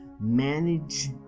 manage